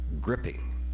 gripping